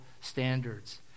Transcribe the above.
standards